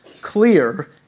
clear